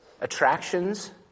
attractions